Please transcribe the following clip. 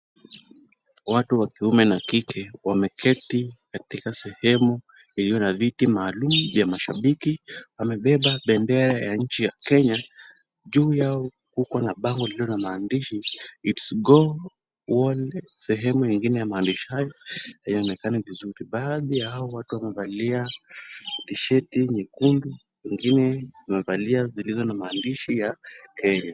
Watu wa kiume na kike wameketi katika sehemu iliyo na viti maalum vya mashabiki. Wamebeba bendera ya nchi ya Kenya. Juu yao kuko na bango lililo na maandishi let's go wolf . Sehemu nyingine ya maandishi hayo haionekani vizuri. Baadhi ya hao watu wamevalia tisheti nyekundu wengine wamevalia zilizo na maandishi ya Kenya.